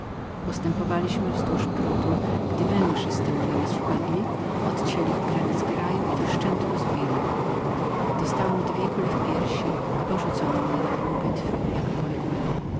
postępowaliśmy wzdłuż prutu gdy węgrowie z tyłu na nas wpadli odcięli od granic kraju i do szczętu rozbili dostałem dwie kule w piersi i porzucono mnie na polu bitwy jako poległego